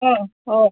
ꯑꯥ ꯍꯣꯏ